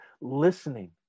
listening